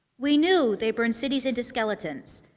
we knew they burned cities into skeletons.